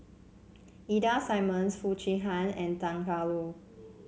Ida Simmons Foo Chee Han and Tan Tarn How